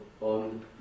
on